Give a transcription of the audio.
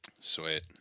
Sweet